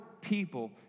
people